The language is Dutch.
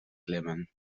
klimmen